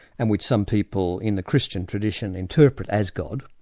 and which some people in the christian tradition interpret as god,